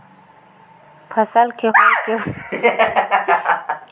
फसल के होय के बाद बीज ला कहां बेचबो?